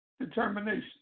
determination